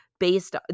based